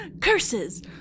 Curses